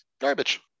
garbage